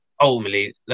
ultimately